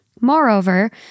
Moreover